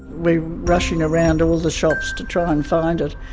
were rushing around all the shops to try and find it.